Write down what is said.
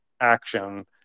action